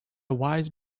wise